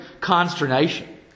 consternation